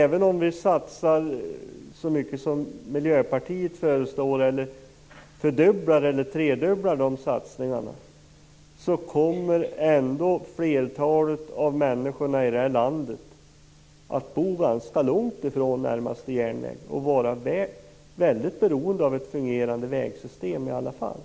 Även om vi satsar så mycket som Miljöpartiet föreslår, fördubblar eller tredubblar de satsningarna kommer ändå flertalet människor i det här landet att bo ganska långt från närmaste järnväg och vara väldigt beroende av ett fungerande vägsystem i alla fall.